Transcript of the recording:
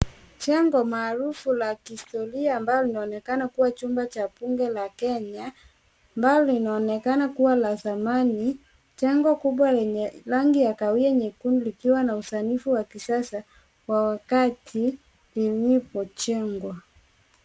Jengo maarufu la kihistoria ambao kinaoneana kuwa jumba la bunge la Kenya ambalo linaonekana kuwa la zamani. Jengo kubwa lenye rangi ya kahawia nyekundu likiwa na usanifu wa kisasa wa wakati lilipojengwa.